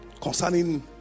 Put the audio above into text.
concerning